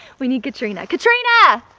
we need katrina. katrina!